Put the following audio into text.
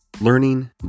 Learning